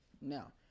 Now